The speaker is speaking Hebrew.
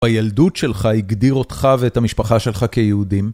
הילדות שלך הגדיר אותך ואת המשפחה שלך כיהודים.